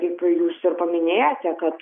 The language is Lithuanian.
kaip jūs ir paminėjote kad